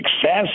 success